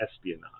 espionage